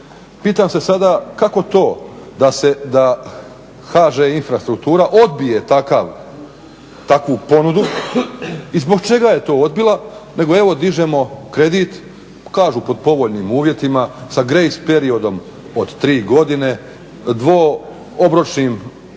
Pitam se sada kako to da HŽ infrastruktura odbije takvu ponudu i zbog čega je to odbila, nego evo dižemo kredit kažu pod povoljnim uvjetima sa grace periodom od tri godine, dvo obročnim godišnjim